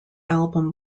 album